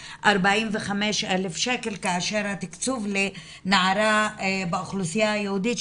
ל-45,000 שקל כאשר התקצוב לנערה באוכלוסייה היהודית,